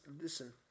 listen